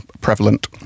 prevalent